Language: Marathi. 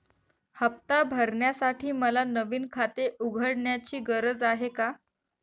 हफ्ता भरण्यासाठी मला नवीन खाते उघडण्याची गरज आहे का?